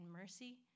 mercy